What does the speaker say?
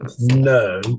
No